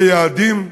ליעדים.